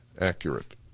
accurate